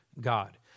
God